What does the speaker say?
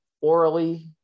orally